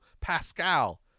Pascal